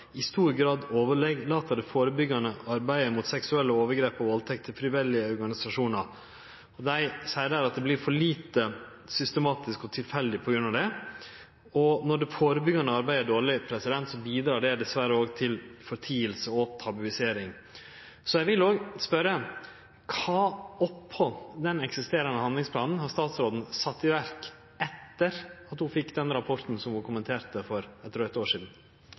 i stor grad overlèt det førebyggjande arbeidet mot seksuelle overgrep og valdtekt til frivillige organisasjonar. Dei seier at det vert for lite systematisk og tilfeldig på grunn av dette, og når det førebyggjande arbeidet er dårleg, bidreg det dessverre til forteiing og tabuisering. Eg vil òg spørje: Kva, i tillegg til den eksisterande handlingsplanen, har statsråden sett i verk etter at ho fekk rapporten ho kommenterte for eit drygt år sidan?